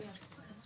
שאלות.